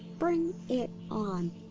bring it on.